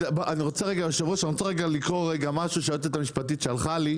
אני רוצה לקרוא משהו שהיועצת המשפטית שלחה לי,